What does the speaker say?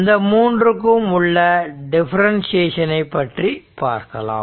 இந்த மூன்றுக்கும் உள்ள டிஃபரண்டியேஷன் பற்றி பார்க்கலாம்